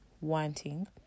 wanting